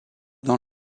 dans